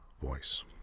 voice